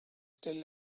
still